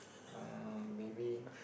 uh maybe